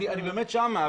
אני באמת שמה.